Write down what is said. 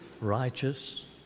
righteous